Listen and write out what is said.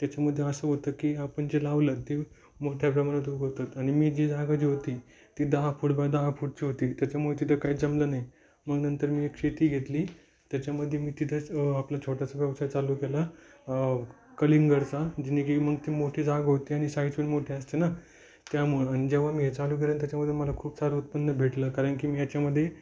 त्याच्यामध्ये असं होतं की आपण जे लावलं ते मोठ्या प्रमाणात उगवतात आणि मी जी जागा जी होती ती दहा फूट बाय दहा फूटची होती त्याच्यामुळं तिथं काय जमलं नाही मग नंतर मी एक शेती घेतली त्याच्यामध्ये मी तिथंच आपलं छोटंसा व्यवसाय चालू केला कलिंगडचा जेणे की मग ती मोठी जागा होती आणि साईजपण मोठी असते ना त्यामुळं आणि जेव्हा मी हे चालू केलं त्याच्यामध्ये मला खूप सारं उत्पन्न भेटलं कारण की मी याच्यामध्ये